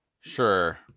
Sure